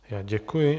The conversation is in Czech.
Já děkuji.